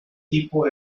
tipo